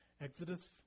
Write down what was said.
Exodus